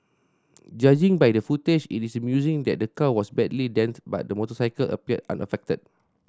judging by the footage it is amusing that the car was badly dented but the motorcycle appeared unaffected